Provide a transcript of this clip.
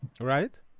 Right